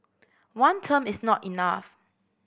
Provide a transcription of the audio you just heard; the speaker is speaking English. one term is not enough